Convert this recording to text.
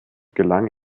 gelang